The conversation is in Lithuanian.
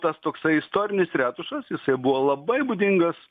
tas toksai istorinis retušas jisai buvo labai būdingas